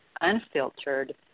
unfiltered